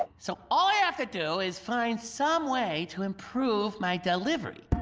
so, all i have to do is find some way to improve my delivery.